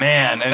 Man